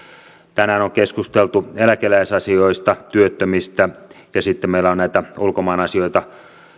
tänään on keskusteltu eläkeläisasioista työttömistä ja sitten meillä on näitä ulkomaanasioita